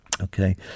Okay